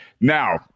Now